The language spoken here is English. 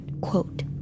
quote